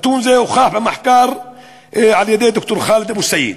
נתון זה הוכח במחקר על-ידי ד"ר ח'אלד אבו סעיד.